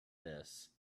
this